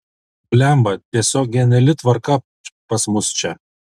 blemba tiesiog geniali tvarka pas mus čia